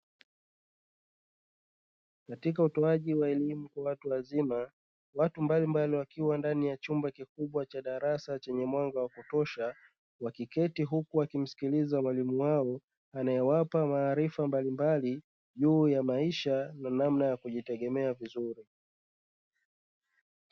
Katika utoaji wa elimu kwa watu wazima watu mbalimbali wakiwa ndani ya chumba kikubwa cha darasa chenye mwanga wa kutosha, wakiketi huku wakimsikiliza mwalimu wao anayewapa maarifa mbalimbali juu ya maisha na namna ya kujitegemea vizuri.